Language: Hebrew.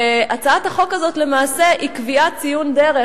למעשה הצעת החוק הזאת היא קביעת ציון דרך